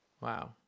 Wow